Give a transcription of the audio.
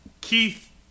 Keith